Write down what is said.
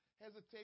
hesitate